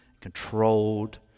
controlled